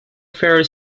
ferry